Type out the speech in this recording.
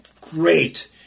great